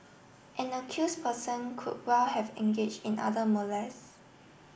an accused person could well have engaged in other molest